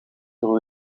droeg